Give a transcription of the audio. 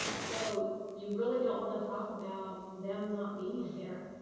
so you really don't want to talk about them not being here,